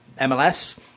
MLS